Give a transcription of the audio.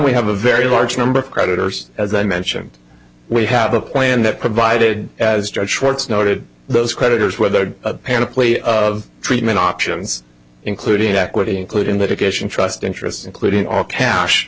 we have a very large number of creditors as i mentioned we have a plan that provided as judge schwartz noted those creditors whether panoply of treatment options including equity including medication trust interest including our cash